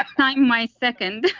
time my second.